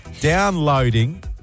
downloading